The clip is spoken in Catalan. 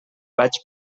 vaig